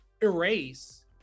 erase